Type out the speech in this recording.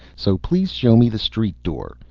so please show me the street door.